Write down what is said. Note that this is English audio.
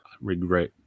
regret